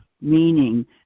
meaning